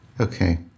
Okay